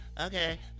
Okay